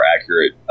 accurate